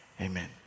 Amen